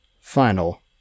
final